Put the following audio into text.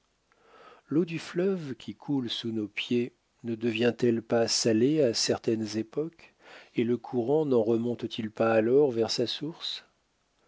l'eau du fleuve qui coule sous nos pieds ne devient-elle pas salée à certaines époques et le courant n'en remonte t il pas alors vers sa source